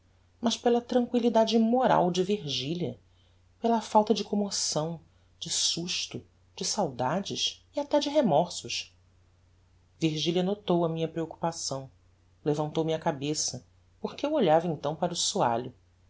mas pela tranquillidade moral de virgilia pela falta de commoção de susto de saudades e até de remorsos virgilia notou a minha preoccupação levantou me a cabeça porque eu olhava então para o